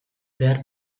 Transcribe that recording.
behar